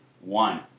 One